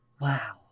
Wow